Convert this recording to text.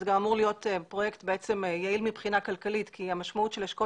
זה גם אמור להיות פרויקט יעיל כלכלית כי המשמעות של אשכול